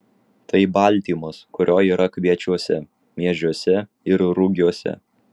tai baltymas kurio yra kviečiuose miežiuose ir rugiuose